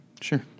Sure